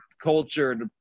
cultured